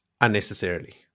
Unnecessarily